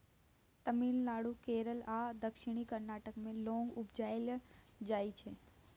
तमिलनाडु, केरल आ दक्षिण कर्नाटक मे लौंग उपजाएल जाइ छै